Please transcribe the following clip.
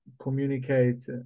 communicate